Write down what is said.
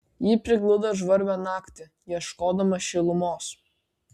ji prigludo žvarbią naktį ieškodama šilumos